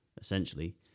essentially